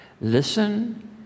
Listen